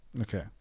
Okay